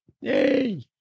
Yay